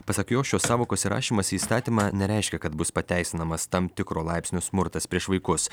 pasak jo šios sąvokos įrašymas į įstatymą nereiškia kad bus pateisinamas tam tikro laipsnio smurtas prieš vaikus